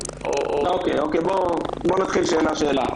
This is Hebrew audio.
נתייחס שאלה-שאלה.